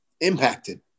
Impacted